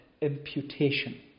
imputation